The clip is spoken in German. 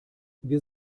wir